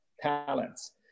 talents